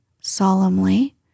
solemnly